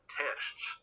tests